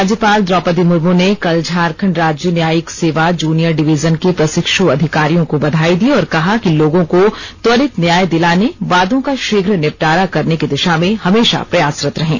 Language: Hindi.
राज्यपाल द्रौपदी मुर्मू ने कल झारखंड राज्य न्यायिक सेवा जूनियर डिवीजन के प्रशिक्षु अधिकारियों को बधाई दी और कहा कि लोगों को त्वरित न्याय दिलाने वादों का शीघ्र निबटारा करने की दिशा में हमेशा प्रयासरत रहें